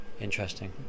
Interesting